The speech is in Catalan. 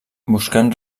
buscant